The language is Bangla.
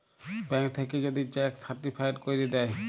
ব্যাংক থ্যাইকে যদি চ্যাক সার্টিফায়েড ক্যইরে দ্যায়